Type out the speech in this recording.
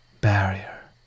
barrier